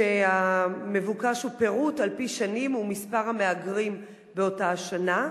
המבוקש הוא פירוט על-פי שנים ומספר המהגרים באותה השנה.